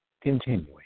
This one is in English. Continuing